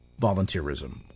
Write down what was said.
volunteerism